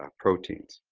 ah proteins.